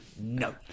no